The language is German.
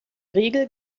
regel